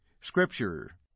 Scripture